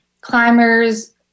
climbers